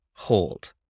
Hold